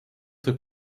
võib